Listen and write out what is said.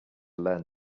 learn